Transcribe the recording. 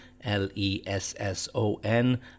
l-e-s-s-o-n